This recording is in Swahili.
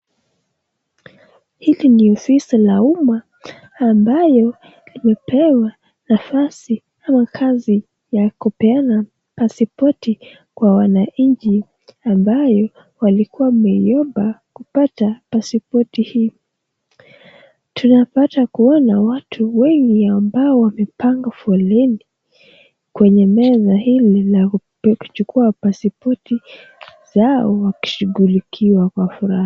Hili ni ofisi ya umma ambayo imepewa nafasi ama kazi ya kupeana pasipoti kwa wananchi ambayo walikuwa wameiomba kupata pasipoti hiyo. Tunapata kuona watu wengi ambao wamepanga foleni kwenye meza hili la kuchukua pasipoti yao wakishughulikiaa kwa furaha.